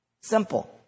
Simple